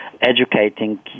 educating